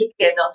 together